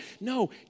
No